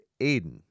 Aiden